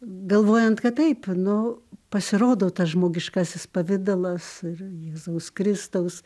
galvojant kad taip nu pasirodo tas žmogiškasis pavidalas jėzaus kristaus